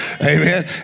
Amen